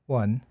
one